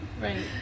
Right